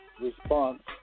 response